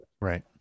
Right